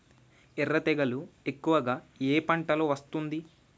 ఎర్ర తెగులు ఎక్కువగా ఏ పంటలో వస్తుంది?